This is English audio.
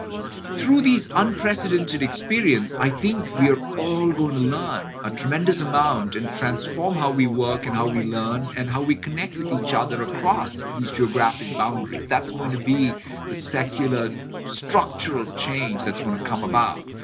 through this unprecedented experience, i think we are all going to learn a tremendous amount and transform how we work, and how we learn, and how we connect with each other across these geographic boundaries. that's going to be the secular structural change that's going to come about.